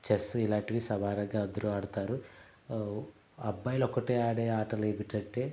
chess ఇలాంటివి సమానంగా అందరూ ఆడుతారు అబ్బాయిలు ఒకటే ఆడే ఆటలు ఏమిటంటే